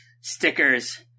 stickers